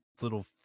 little